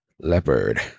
Leopard